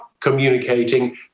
communicating